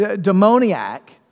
demoniac